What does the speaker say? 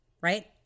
right